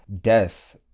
death